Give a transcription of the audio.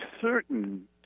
certain